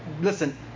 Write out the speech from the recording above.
Listen